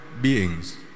beings